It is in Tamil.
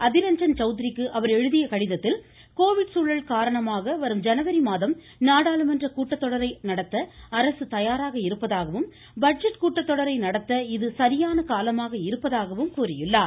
அதிரஞ்சன் சவுத்ரிக்கு அவர் எழுதிய கடிதத்தில் கோவிட் சூழல் காரணமாக வரும் ஜனவரி மாதம் கூட்டத்தொடரை நடத்த அரசு தயாராக இருப்பதாகவும் பட்ஜெட் கூட்டத்தொடரை நடத்த இது சரியான காலமாக இருப்பதாகவும் கூறியுள்ளார்